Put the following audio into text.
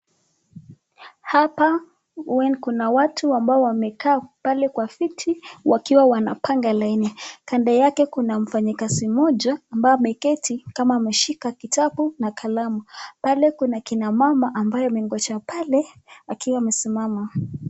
Hapa kuna watu ambao wamekaa pale kwa viti wakiwa wanapanga laini. Kando yake kuna mfanyikazi mmoja ambaye ameketi kama ameshika kitabu na kalamu. Pale kuna kinamama ambaye amengoja pale akiwa amesimama.